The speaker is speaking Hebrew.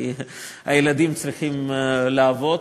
כי הילדים צריכים לעבוד,